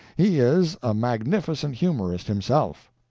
he is a magnificent humorist himself.